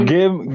Game